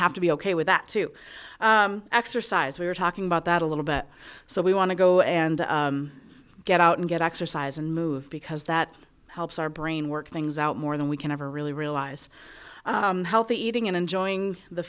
have to be ok with that to exercise we're talking about that a little bit so we want to go and get out and get exercise and move because that helps our brain work things out more than we can ever really realize healthy eating and enjoying the